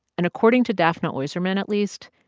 and, according to daphna oyserman, at least,